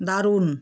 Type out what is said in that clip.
দারুণ